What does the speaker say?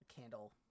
candle